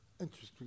Interesting